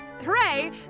Hooray